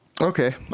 Okay